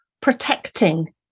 protecting